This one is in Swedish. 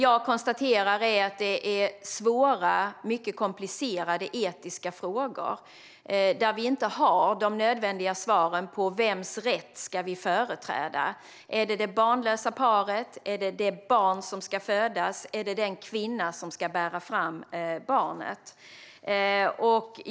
Jag konstaterar att detta är svåra och mycket komplicerade etiska frågor där vi inte har de nödvändiga svaren på vems rätt vi ska företräda. Är det rätten för det barnlösa paret, det barn som ska födas eller den kvinna som ska bära barnet?